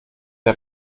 der